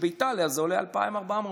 כשבאיטליה זה עולה 2,400 שקל?